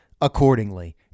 accordingly